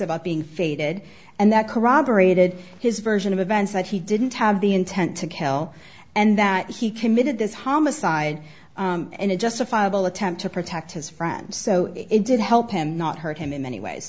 about being feted and that corroborated his version of events that he didn't have the intent to kill and that he committed this homicide in a justifiable attempt to protect his friend so it did help him not hurt him in many ways